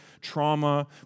trauma